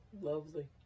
lovely